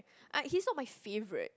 ah he's also my favorite